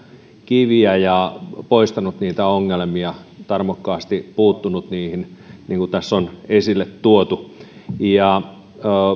kiviä ja poistanut niitä ongelmia tarmokkaasti puuttunut niihin niin kuin tässä on esille tuotu